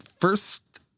first